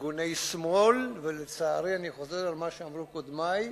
ארגוני שמאל, ולצערי, אני חושב על מה שאמרו קודמי,